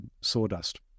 sawdust